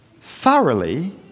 thoroughly